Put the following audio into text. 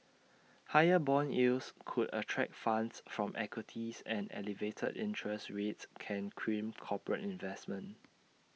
higher Bond yields could attract funds from equities and elevated interest rates can crimp corporate investment